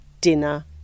dinner